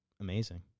amazing